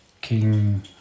King